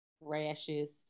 rashes